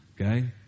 Okay